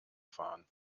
fahren